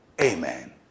amen